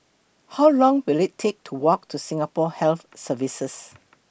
How Long Will IT Take to Walk to Singapore Health Services